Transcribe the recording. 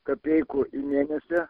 kapeikų į mėnesį